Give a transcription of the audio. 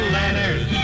letters